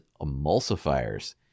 emulsifiers